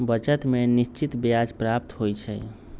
बचत में निश्चित ब्याज प्राप्त होइ छइ